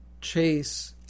chase